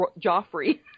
Joffrey